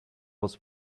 was